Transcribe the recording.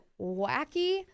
wacky